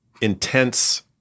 intense